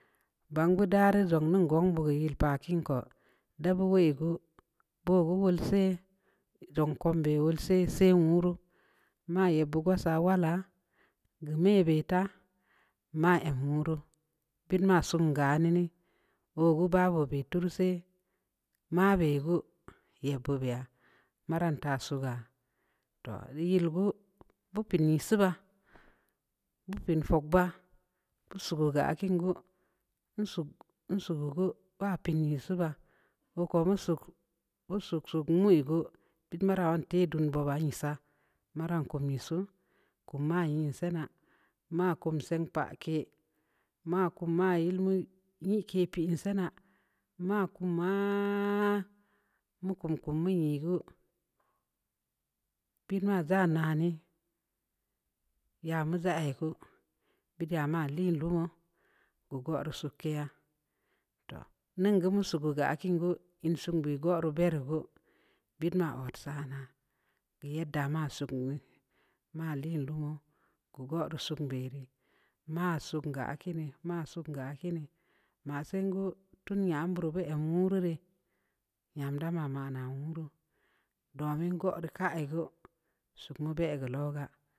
Gban gue darri van nuon guan gbugue pakiin ku da bue yē gue buue bul sii ndzang kum bə wul sii sa'ay wu wuru mayə buga sa wala geu məə beta ma ծn wuru plit ma sun ga nii nii wu wo ba bu bə tur sii mə bə gue ya bubu ya'a maranta suuga toh ye yel bu, bu pծa nii suba'a bupiin fubba'a suku ga akiin gue iin suk iin sukugu ba pəənii suuba'a gue ku ən suk iin suk-suk muyegue piit meraun tə dun bubə ii sa'a mara ku me suu ku ma yē suna'a makam siin pa kծa makum ma yelme ye kծa pə in sii na'a maku məə mukum kum muye gue piinə nuwə ndzan na nii ya mu ndza a ku bə da a ma lii luumu guegue arr suukeya toh nuun gam suuku gae akiin gue in sun gue bo goro ku bəət ma ot sana'a be yadda ma suknu ma liin luumu kogoe suun bərri ma suunga a kiini-ma suuunga a kiini ma siingue tun nya amburu bə ծn yē wurure yan da mana'a wuru domin goro ko ai suungue bə wu lu goo.